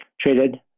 traded